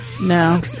No